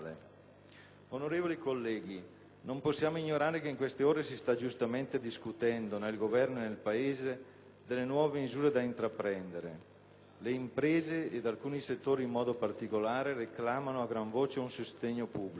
Onorevoli colleghi, non possiamo ignorare che in queste ore si sta giustamente discutendo, nel Governo e nel Paese, delle nuove misure da intraprendere. Le imprese, ed alcuni settori in modo particolare, reclamano a gran voce un sostegno pubblico.